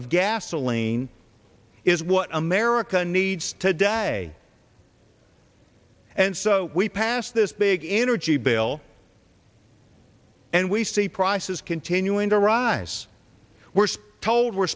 of gasoline is what america needs today and so we passed this big energy bill and we see prices continuing to rise we're told we're